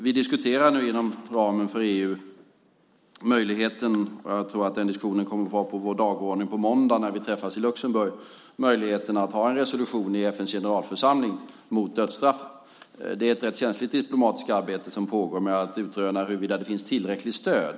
Vi diskuterar nu inom ramen för EU möjligheten att ha en resolution mot dödstraff i FN:s generalförsamling; jag tror att den diskussionen kommer att vara på dagordningen på måndag när vi träffas i Luxemburg. Det är ett rätt känsligt diplomatiskt arbete som pågår med att utröna huruvida det finns tillräckligt stöd.